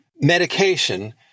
medication